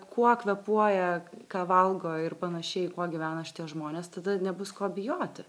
kuo kvėpuoja ką valgo ir panašiai kuo gyvena šitie žmonės tada nebus ko bijoti